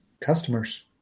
Customers